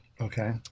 okay